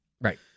Right